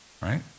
right